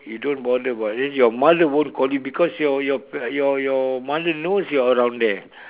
you don't bother about eh your mother won't call you because your your your your mother knows you're around there